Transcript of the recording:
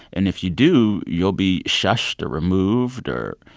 and if you do, you'll be shushed or removed or,